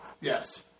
Yes